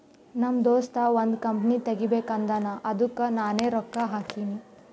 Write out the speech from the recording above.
ನಮ್ ದೋಸ್ತ ಒಂದ್ ಕಂಪನಿ ತೆಗಿಬೇಕ್ ಅಂದಾನ್ ಅದ್ದುಕ್ ನಾನೇ ರೊಕ್ಕಾ ಹಾಕಿನಿ